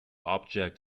object